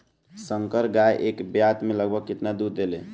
संकर गाय एक ब्यात में लगभग केतना दूध देले?